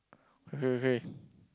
okay okay